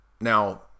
Now